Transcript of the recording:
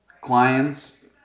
clients